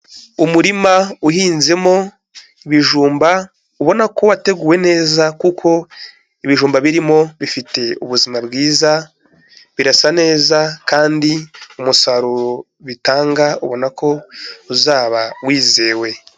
Umurima uhinzemo ibijumba, ubona ko wateguwe neza kuko ibijumba birimo bifite ubuzima bwiza, birasa neza kandi umusaruro bitanga ubona ko uzaba wizewe.